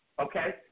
okay